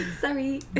sorry